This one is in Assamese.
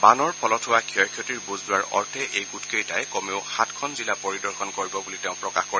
বানৰ ফলত হোৱা ক্ষয় ক্ষতিৰ বুজ লোৱাৰ অৰ্থে এই গোটকেইটাই কমেও সাতখন জিলা পৰিদৰ্শন কৰিব বুলি তেওঁ প্ৰকাশ কৰে